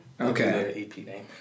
okay